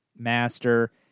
Master